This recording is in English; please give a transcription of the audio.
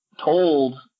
told